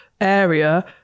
area